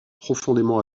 profondément